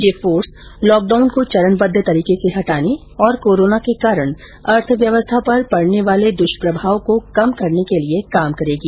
ये force lockdown को चरणबद्ध तरीके से हटाने और कोरोना के कारण अर्थव्यवस्था पर पडने वाले दुष्प्रभाव को कम करने के लिए काम करेगी